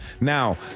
Now